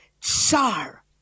tsar